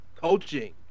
coaching